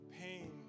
pain